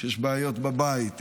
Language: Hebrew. כשיש בעיות בבית,